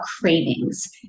cravings